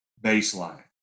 baseline